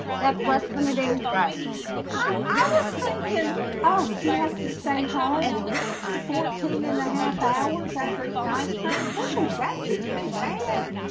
that's what's limiting right i was thinking oh he has to stay home fourteen and a half hours after eating ice cream. oh, that is a bad